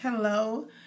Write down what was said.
Hello